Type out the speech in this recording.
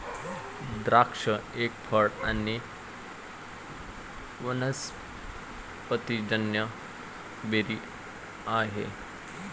द्राक्ष एक फळ आणी वनस्पतिजन्य बेरी आहे